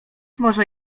może